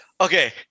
Okay